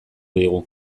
digu